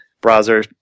browser